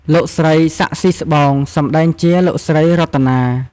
លោកស្រី សាក់ ស៊ីស្បោង សម្តែងជា លោកស្រីរតនា។